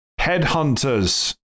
Headhunters